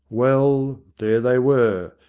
well! there they were,